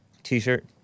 T-shirt